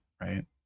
right